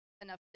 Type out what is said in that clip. enough